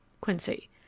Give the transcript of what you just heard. QUINCY